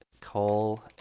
Call